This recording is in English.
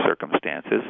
circumstances